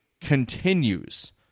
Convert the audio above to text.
continues